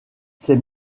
ses